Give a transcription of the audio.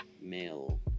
male